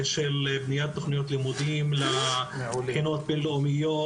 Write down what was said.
בניית תוכניות לימודים לבחינות הבין-לאומיות